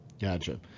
gotcha